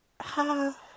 ha